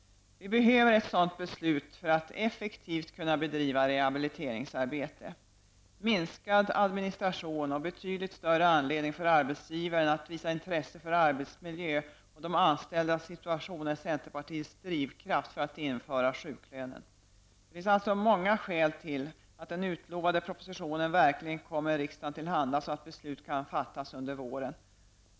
Vi behöver ett sådant beslut för att effektivt kunna bedriva rehabiliteringsarbete. Minskad administration och betydligt större anledning för arbetsgivaren att visa intresse för arbetsmiljö och de anställdas situation är centerpartiets drivkraft för att införa sjuklönen. Det finns alltså många skäl till att den utlovade propositionen verkligen kommer riksdagen till handa så att beslut kan fattas under våren.